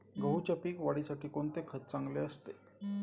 गहूच्या पीक वाढीसाठी कोणते खत चांगले असते?